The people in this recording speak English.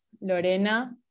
Lorena